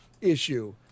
issue